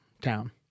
town